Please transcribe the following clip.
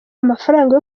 amafaranga